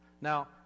Now